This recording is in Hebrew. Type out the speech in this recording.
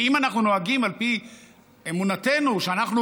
כי אם אנחנו נוהגים על פי אמונתנו שאנחנו